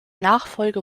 nachfolger